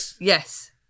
Yes